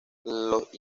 los